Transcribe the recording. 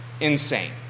insane